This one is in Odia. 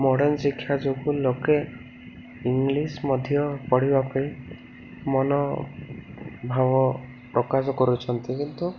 ମଡର୍ନ ଶିକ୍ଷା ଯୋଗୁଁ ଲୋକେ ଇଂଲିଶ ମଧ୍ୟ ପଢ଼ିବା ପାଇଁ ମନୋଭାବ ପ୍ରକାଶ କରୁଛନ୍ତି କିନ୍ତୁ